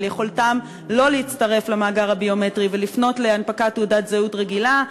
על יכולתם שלא להצטרף למאגר הביומטרי ולפנות להנפקת תעודת זהות רגילה,